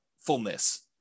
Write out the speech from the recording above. fullness